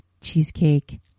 cheesecake